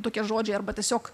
tokie žodžiai arba tiesiog